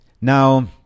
now